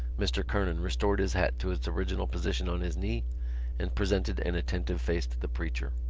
mr. kernan restored his hat to its original position on his knee and presented an attentive face to the preacher.